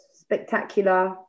spectacular